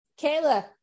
Kayla